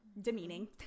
demeaning